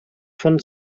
von